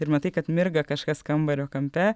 ir matai kad mirga kažkas kambario kampe